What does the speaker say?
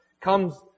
comes